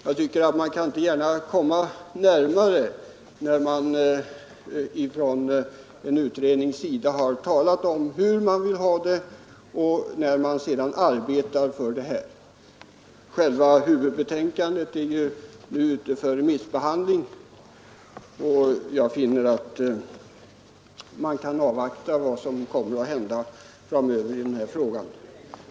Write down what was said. Jag tycker inte att man gärna kan komma närmare en lösning, när en utredning har talat om hur den vill ha det och en annan arbetar för detta. Kyrka—stat-beredningens huvudbetänkande är ju nu ute på remissbehandling, och jag anser att vi kan avvakta vad som kommer att hända framöver.